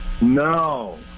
No